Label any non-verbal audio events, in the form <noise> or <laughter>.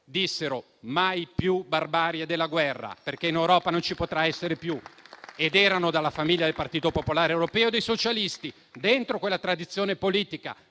dissero: mai più barbarie della guerra, perché in Europa non ci potrà essere più. <applause> Ed erano della famiglia del Partito popolare europeo e dei socialisti. Dentro quella tradizione politica